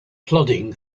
plodding